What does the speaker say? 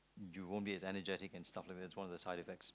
you won't be energetic and stuff like that it's one of the side effects